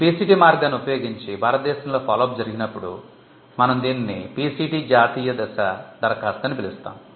PCT మార్గాన్ని ఉపయోగించి భారతదేశంలో ఫాలో అప్ జరిగినప్పుడు మనం దీనిని PCT జాతీయ దశ అనువర్తనం అని పిలుస్తాము